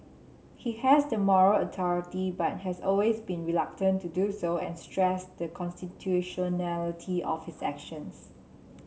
he has the moral authority but has always been reluctant to do so and stressed the constitutionality of his actions